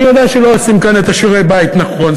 אני יודע שלא עושים כאן את שיעורי-הבית נכון.